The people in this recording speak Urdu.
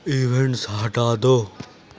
ایونٹس ہٹا دو